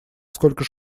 сколько